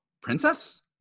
Princess